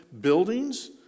buildings